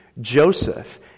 Joseph